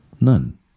none